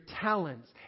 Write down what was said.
talents